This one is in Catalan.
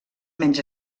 menys